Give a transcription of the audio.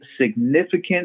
significant